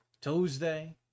Tuesday